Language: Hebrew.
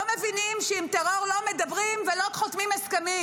לא מבינים שעם טרור לא מדברים ולא חותמים הסכמים,